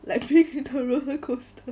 like the roller coaster